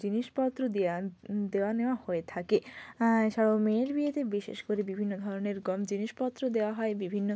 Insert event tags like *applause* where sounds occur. জিনিসপত্র দেওয়া দেওয়া নেওয়া হয়ে থাকে এছাড়াও মেয়ের বিয়েতে বিশেষ করে বিভিন্ন ধরনের *unintelligible* জিনিসপত্র দেওয়া হয় বিভিন্ন